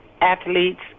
athletes